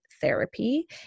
therapy